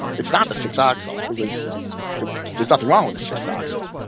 it's not the six oxyl because there's nothing wrong with the six oxyl.